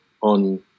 on